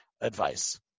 advice